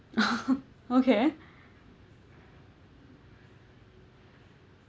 okay